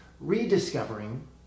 rediscovering